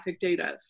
data